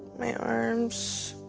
my arms.